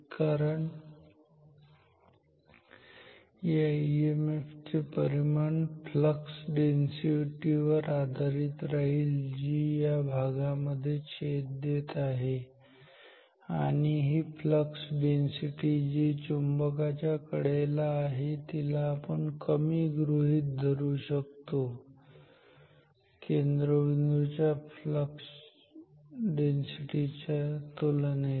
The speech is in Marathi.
कारण या ईएमएफ चे परिमाण फ्लक्स डेन्सिटी वर आधारित राहील जी या भागामध्ये छेद देत आहे आणि ही फ्लक्स डेन्सिटी जी चुंबकाच्या कडेला आहे तिला आपण कमी गृहीत धरू शकतो केंद्रबिंदूच्या फ्लक्स डेन्सिटी च्या तुलनेत